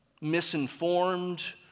misinformed